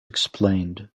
explained